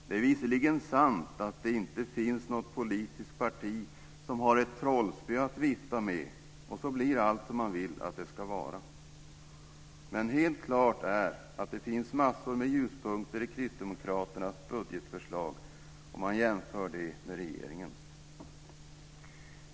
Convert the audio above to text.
Det är visserligen sant att det inte finns något politiskt parti som har ett trollspö att vifta med för att allt ska bli som man vill att det ska vara. Men helt klart är att det finns massor med ljuspunkter i kristdemokraternas budgetförslag om man jämför det med regeringens.